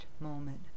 moment